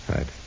Right